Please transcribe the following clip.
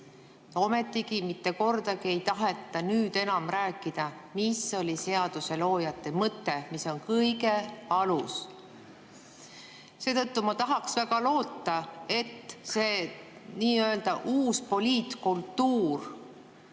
Ja mitte kordagi pole tahetud enam rääkida, mis oli seaduseloojate mõte, mis on kõige alus. Seetõttu ma tahaks väga loota, et see nii‑öelda uus poliitkultuur